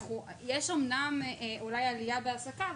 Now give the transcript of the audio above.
אמנם אולי יש עלייה בהעסקה,